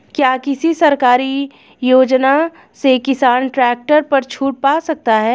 क्या किसी सरकारी योजना से किसान ट्रैक्टर पर छूट पा सकता है?